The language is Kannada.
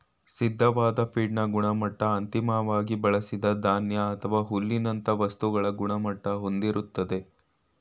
ಸಿದ್ಧವಾದ್ ಫೀಡ್ನ ಗುಣಮಟ್ಟ ಅಂತಿಮ್ವಾಗಿ ಬಳ್ಸಿದ ಧಾನ್ಯ ಅಥವಾ ಹುಲ್ಲಿನಂತ ವಸ್ತುಗಳ ಗುಣಮಟ್ಟ ಹೊಂದಿರ್ತದೆ